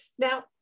Now